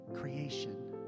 creation